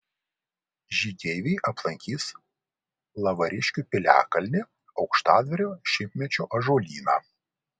žygeiviai aplankys lavariškių piliakalnį aukštadvario šimtmečio ąžuolyną